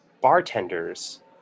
Bartenders